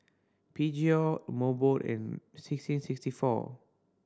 Peugeot Mobot and sixteen sixty four